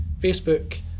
Facebook